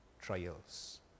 trials